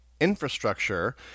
infrastructure